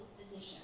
position